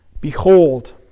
Behold